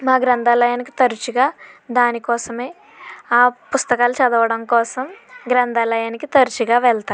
మా గ్రంథాలయానికి తరచుగా దానికోసమే ఆ పుస్తకాలు చదవడం కోసం గ్రంథాలయానికి తరచుగా వెళ్తా